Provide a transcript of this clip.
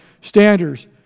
standards